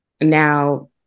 now